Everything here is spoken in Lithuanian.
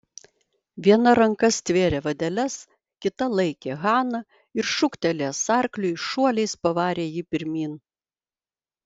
viena ranka stvėrė vadeles kita laikė haną ir šūktelėjęs arkliui šuoliais pavarė jį pirmyn